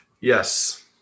Yes